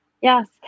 Yes